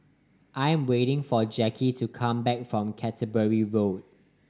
I am waiting for Jacky to come back from Canterbury Road